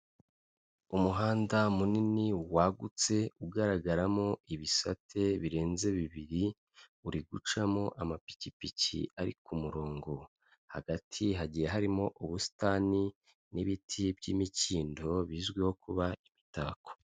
Umuhanda munini wagutse ugaragaramo ibisate birenze bibiri, uri gucamo amapikipiki ari ku murongo, hagati hagiye harimo ubusitani n'ibiti by'imikindo bizwiho kuba imitako.